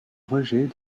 rejets